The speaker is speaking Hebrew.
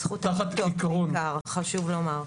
בזכות עמותות בעיקר, חשוב לומר.